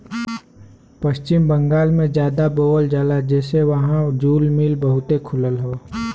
पश्चिम बंगाल में जादा बोवल जाला जेसे वहां जूल मिल बहुते खुलल हौ